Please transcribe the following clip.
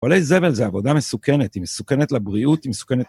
פועלי זבל זו עבודה מסוכנת, היא מסוכנת לבריאות, היא מסוכנת